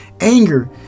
anger